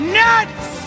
nuts